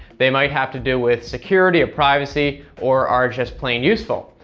they might have to do with security or privacy, or are just plain useful.